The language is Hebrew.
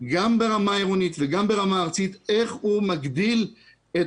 גם ברמה העירונית וגם ברמה הארצית איך הוא מגדיל את